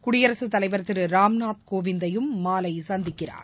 குடியரசு தலைவர் திரு ராம்நாத் கோவிந்தையும் மாலை சந்திக்கிறார்